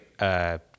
Right